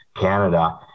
Canada